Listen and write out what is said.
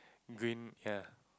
green ya